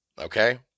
Okay